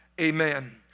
amen